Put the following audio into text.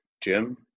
Jim